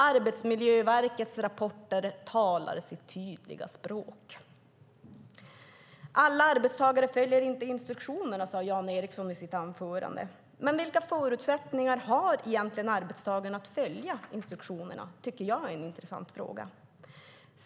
Arbetsmiljöverkets rapporter talar sitt tydliga språk. Alla arbetstagare följer inte instruktionerna, sade Jan Ericson i sitt anförande. Men vilka förutsättningar har egentligen arbetstagaren att följa instruktionerna? Det tycker jag är en intressant fråga.